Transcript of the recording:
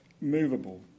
movable